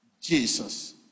Jesus